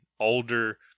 older